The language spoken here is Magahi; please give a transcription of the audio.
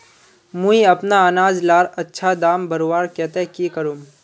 मुई अपना अनाज लार अच्छा दाम बढ़वार केते की करूम?